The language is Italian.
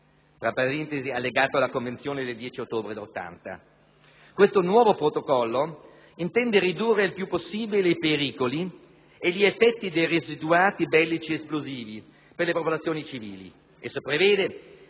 esplosivi (allegato alla Convenzione del 10 ottobre 1980). Questo nuovo Protocollo intende ridurre il più possibile i pericoli e gli effetti dei residuati bellici esplosivi per le popolazioni civili. Esso prevede,